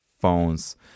phones